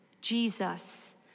Jesus